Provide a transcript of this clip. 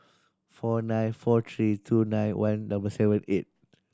four nine four three two nine one double seven eight